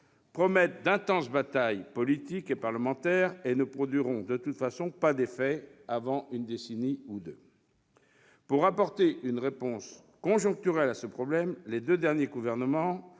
promettent d'intenses batailles politiques et parlementaires. En tout état de cause, elles ne produiront de toute façon pas d'effets avant une décennie ou deux. Pour apporter une réponse conjoncturelle à ce problème, les deux derniers gouvernements